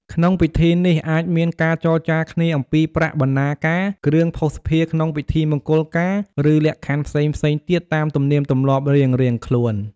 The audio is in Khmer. ក្នុងពិធីនេះ អាចមានការចរចាគ្នាអំពីប្រាក់បណ្ណាការ គ្រឿងភស្តុភារក្នុងពិធីមង្គលការ ឬលក្ខខណ្ឌផ្សេងៗទៀតតាមទំនៀមទម្លាប់រៀងៗខ្លួន។